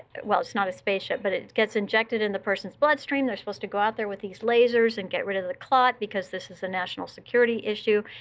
well, it's not a spaceship, but it gets injected in the person's bloodstream. they're supposed to go out there with these lasers and get rid of the clot because this is a national security issue.